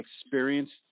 experienced